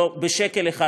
אף לא בשקל אחד,